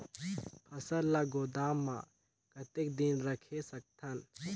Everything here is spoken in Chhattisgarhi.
फसल ला गोदाम मां कतेक दिन रखे सकथन?